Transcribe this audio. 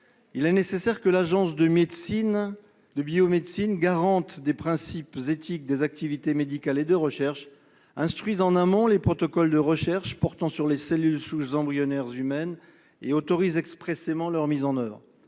il est nécessaire que l'Agence de la biomédecine, garante des principes éthiques des activités médicales et de recherche, instruise en amont les protocoles de recherche portant sur les cellules souches embryonnaires humaines et autorise expressément leur mise en oeuvre.